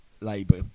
Labour